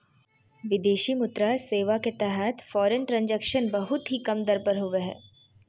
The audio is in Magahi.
विदेशी मुद्रा सेवा के तहत फॉरेन ट्रांजक्शन बहुत ही कम दर पर होवो हय